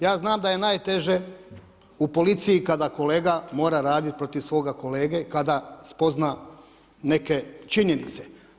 Ja znam da je najteže u policiji kada kolega mora raditi protiv svoga kolege i kada spozna neke činjenice.